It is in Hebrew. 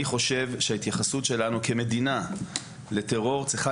אני חושב שההתייחסות שלנו כמדינה לטרור צריכה